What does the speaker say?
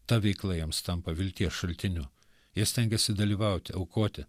ta veikla jiems tampa vilties šaltiniu jie stengiasi dalyvauti aukoti